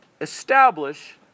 establish